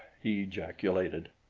he ejaculated.